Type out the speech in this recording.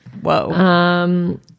Whoa